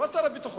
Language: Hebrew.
לא את שר הביטחון